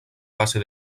base